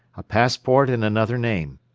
a passport in another name,